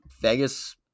Vegas